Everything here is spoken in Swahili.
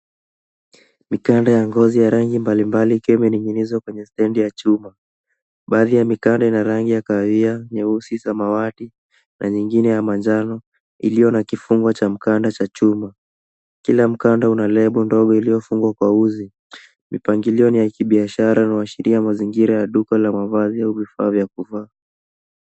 Mikanda ya ngozi ya rangi mbalimbali ikiwa imening‘inizwa kwenye stendi ya chuma. Baadhi ya mikanda ina rangi ya kahawia, nyeusi, samawati na nyingine ya manjano iliyo na kifungo cha mkanda cha chuma. Kila mkanda una lebo ndogo iliyofungwa kwa uzi. Mipangilio ni ya kibiashara na huashiria mazingira ya duka la mavazi au vifaa vya kuvaa.